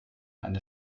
eine